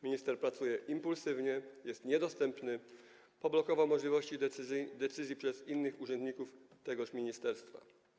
Minister pracuje impulsywnie, jest niedostępny, zablokował możliwości dotyczące decyzji innych urzędników tegoż ministerstwa.